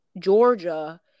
Georgia